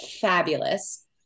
fabulous